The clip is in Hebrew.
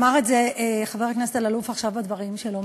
ואמר את זה חבר הכנסת אלאלוף עכשיו בדברים שלו,